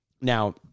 Now